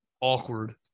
awkward